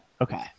Okay